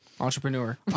entrepreneur